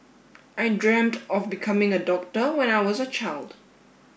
I dreamt of becoming a doctor when I was a child